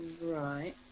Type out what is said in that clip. Right